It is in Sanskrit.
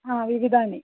विविधानि